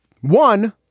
one